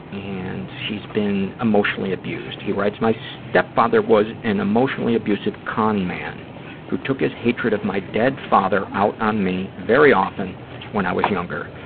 and he's been emotionally abused. he writes, my stepfather was an emotionally abusive con man who took his hatred of my dead father out on me very often when i was younger.